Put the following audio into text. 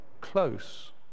close